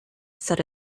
said